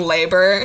Labor